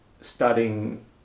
studying